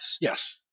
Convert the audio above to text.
Yes